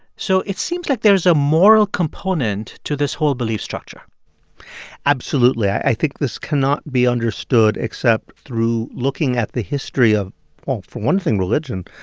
so it seems like there's a moral component to this whole belief structure absolutely. i think this cannot be understood except through looking at the history of well, for one thing, religion.